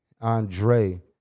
Andre